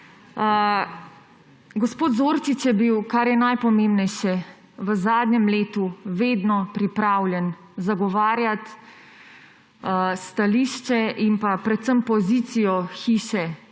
Gospod Zorčič je bil, kar je najpomembnejše, v zadnjem letu vedno pripravljen zagovarjati stališče in predvsem pozicijo hiše,